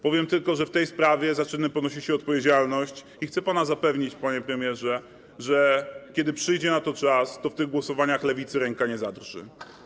Powiem tylko, że w tej sprawie za czyny ponosi się odpowiedzialność i chcę pana zapewnić, panie premierze, że kiedy przyjdzie na to czas, to w trakcie tych głosowań Lewicy ręka nie zadrży.